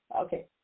okay